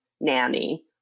nanny